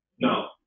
No